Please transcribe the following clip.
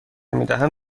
میدهم